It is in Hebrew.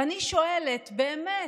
ואני שואלת באמת: